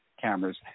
cameras